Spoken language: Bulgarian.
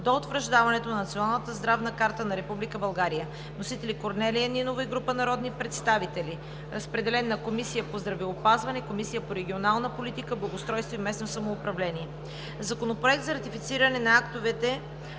до утвърждаването на Националната здравна карта на Република България. Вносители са Корнелия Нинова и група народни представители. Разпределен е на Комисията по здравеопазване и Комисията по регионална политика, благоустройство и местно самоуправление. - Законопроект за ратифициране на актовете